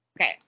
okay